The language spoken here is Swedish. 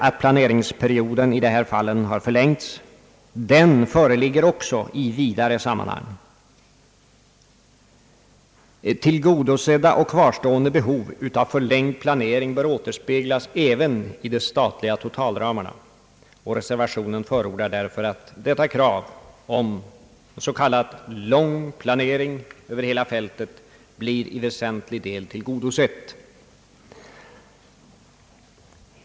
Att planeringsperioden i dessa fall förlängts får också ses i vidare sammanhang. Tillgodosedda och kvarstående behov av förlängd planering bör åter speglas även i de statliga totalramarna. Reservationen förordar därför att detta krav om så kallad lång planering över hela fältet blir i väsentlig del tillgodoseti.